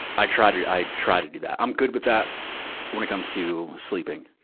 i try to, i try to do that. i'm good with that when it comes to sleeping.